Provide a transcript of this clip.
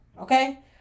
Okay